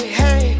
hey